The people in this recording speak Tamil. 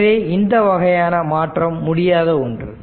எனவே இந்த வகையான மாற்றம் முடியாத ஒன்று